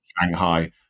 Shanghai